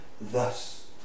thus